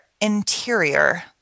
interior